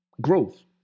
growth